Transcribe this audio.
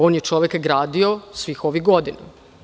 On je gradio svih ovih godina.